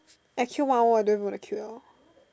actually one hour I don't even want to queue liao